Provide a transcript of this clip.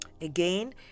Again